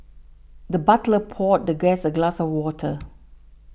the butler poured the guest a glass of water